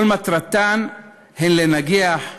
כל מטרתן היא לנגח,